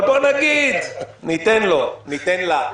אבל ניתן לו, ניתן לה.